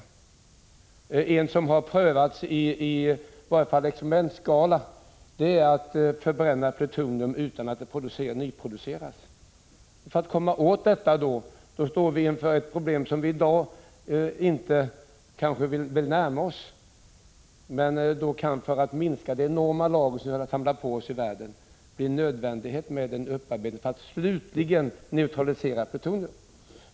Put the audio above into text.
En teknik som har prövats i varje fall i experimentskala är att förbränna plutonium utan att det nyproduceras. För att komma åt detta står vi inför ett problem som vi i dag kanske inte vill närma oss, men för att minska det enorma lager som samlats i världen kan det bli nödvändigt med en upparbetning för att slutligen neutralisera allt plutonium.